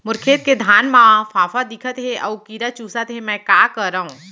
मोर खेत के धान मा फ़ांफां दिखत हे अऊ कीरा चुसत हे मैं का करंव?